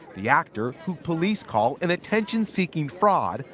the actor who police call an attention seeking fraud,